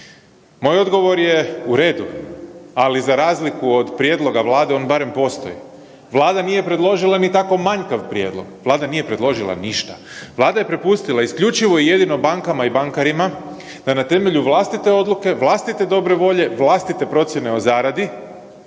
Moj odgovor je, u redu, ali za razliku od prijedloga Vlade, on barem postoji. Vlada nije predložila ni tako manjkav prijedlog, Vlada nije predložila ništa. Vlada je prepustila isključivo jedino bankama i bankarima da na temelju vlastite odluke, vlastite dobre volje, vlastite procjene o zaradi,